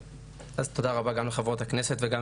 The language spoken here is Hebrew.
אז תודה רבה גם לחברות הכנסת וכמובן,